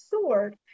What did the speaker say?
sword